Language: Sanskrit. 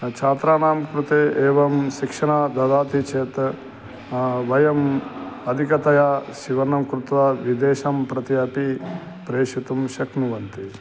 छात्राणां कृते एवं शिक्षणं ददाति चेत् वयम् अधिकतया सेवनं कृत्वा विदेशं प्रति अपि प्रेषितुं शक्नुवन्ति